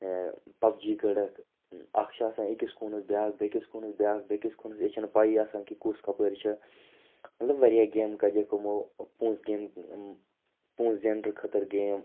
pub جی کٔڈٕکھ اَکھ چھِ آسان أکِس کوٗنَس بیٛاکھ بیٚیِس کوٗنَس بیٛاکھ بیٚیِس کوٗنَس ییٚتہِ چھِ نہٕ پَیی آسان کہِ کُس کَپٲرۍ چھِ مطلب واریاہ گیمہٕ کَجَکھ یِمو پۅنٛسہٕ گیم پۅنٛسہٕ زیننہٕ خٲطرٕ گیم